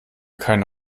keine